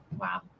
Wow